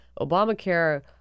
Obamacare